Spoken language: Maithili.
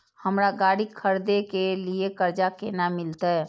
हमरा गाड़ी खरदे के लिए कर्जा केना मिलते?